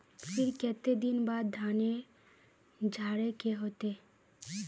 फिर केते दिन बाद धानेर झाड़े के होते?